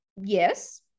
Yes